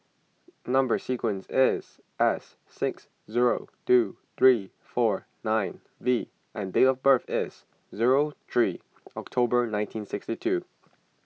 Number Sequence is S six zero two three four nine V and date of birth is zero three October nineteen sixty two